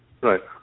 Right